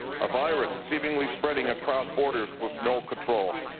a virus seemingly spreading across borders with no control,